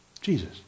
Jesus